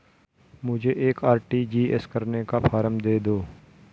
मुझे एक आर.टी.जी.एस करने का फारम दे दो?